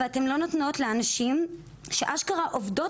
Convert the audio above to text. אבל אתן לא נותנות לאנשים שאשכרה עובדות